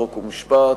חוק ומשפט,